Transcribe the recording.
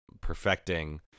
perfecting